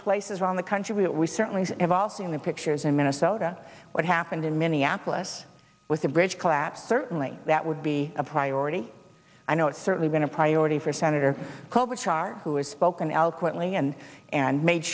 places around the country that we certainly have all seen the pictures in minnesota what happened in minneapolis with the bridge collapse certainly that would be a priority i know it's certainly been a priority for senator coburn charge who has spoken eloquently and and made